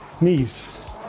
knees